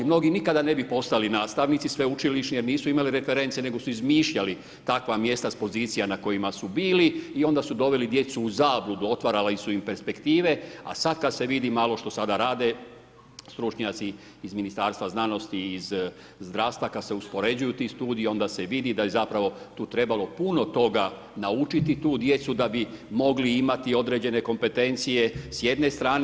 Mnogi nikada ne bi postali nastavnici sveučilišni jer nisu imali reference, nego su izmišljali takva mjesta s pozicija na kojima su bili i onda su doveli djecu u zabludu, otvarali su im perspektive, a sada kada se vidi što sada rade stručnjaci iz Ministarstva znanosti i iz zdravstva kada se uspoređuju ti studiji onda se vidi da je zapravo tu trebalo puno toga naučiti tu djecu da bi mogli imati određene kompetencije s jedne strane.